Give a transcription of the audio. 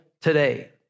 today